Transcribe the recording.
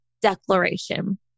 declaration